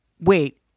wait